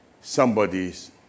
somebody's